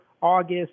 August